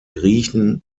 griechen